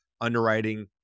underwriting